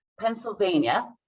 Pennsylvania